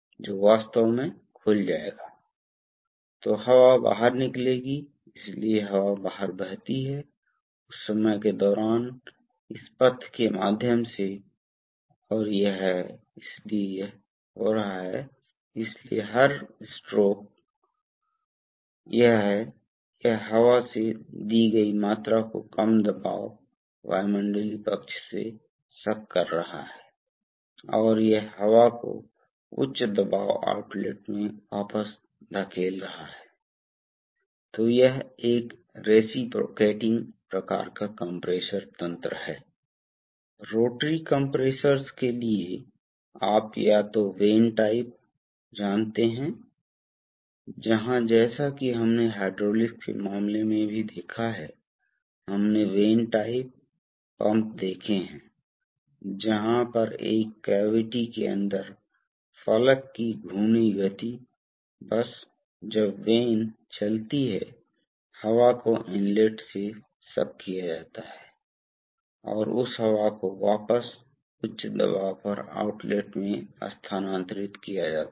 तो बाकी सरल है यदि आप इस जगह से जुड़े हैं तो द्रव इस में प्रवाहित होगा और वाल्व के माध्यम से प्रवाहित होगा दूसरी ओर यदि आप इसे इस स्थिति से जोड़ते हैं तो द्रव इस माध्यम से चेक वाल्व तक जाएगा और यह टैंक में वापस आता है टैंक के लिए इसलिए यह आप देखते हैं कि यहां आप इस आनुपातिक दिशात्मक वाल्व का उपयोग करके केवल एक तत्व का उपयोग करके आप न केवल दिशा को नियंत्रित करने में सक्षम हैं बल्कि इस वेग को भी नियंत्रित कर सकते हैं या आनुपातिक वाल्व का उपयोग करके गति जो कभी कभी एक फायदा है